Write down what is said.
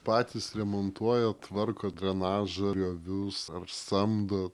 patys remontuojat tvarkot drenažą griovius ar samdo